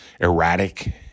erratic